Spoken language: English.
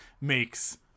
makes